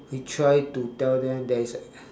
we try to tell them there is